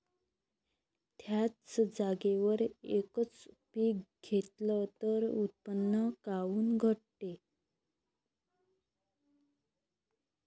थ्याच जागेवर यकच पीक घेतलं त उत्पन्न काऊन घटते?